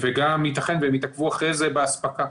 ייתכן והם יתעכבו אחרי זה באספקה.